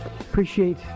Appreciate